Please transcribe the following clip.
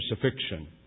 crucifixion